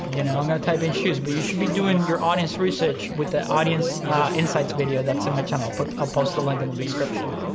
you know, i'm gonna type in shoes, but you should be doing your audience research with the audience insights video, that's in my channel. i'll put a post a link and in the description.